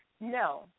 No